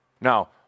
Now